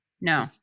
No